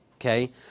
Okay